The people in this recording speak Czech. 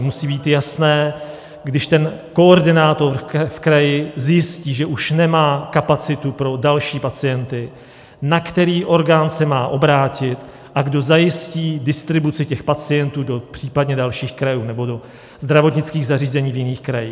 Musí být jasné, když ten koordinátor v kraji zjistí, že už nemá kapacity pro další pacienty, na který orgán se má obrátit a kdo zajistí distribuci těch pacientů případně do dalších krajů nebo do zdravotnických zařízení v jiných krajích.